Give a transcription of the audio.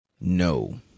No